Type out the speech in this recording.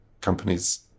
companies